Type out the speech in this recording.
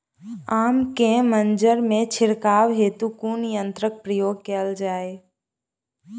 आम केँ मंजर मे छिड़काव हेतु कुन यंत्रक प्रयोग कैल जाय?